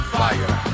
fire